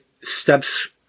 steps